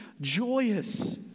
joyous